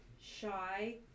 shy